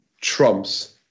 trumps